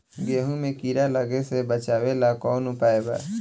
गेहूँ मे कीड़ा लागे से बचावेला कौन उपाय बा?